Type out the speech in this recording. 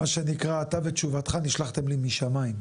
מה שנקרא, אתה ותשובתך, נשלחת לי משמיים.